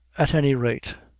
at any rate,